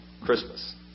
Christmas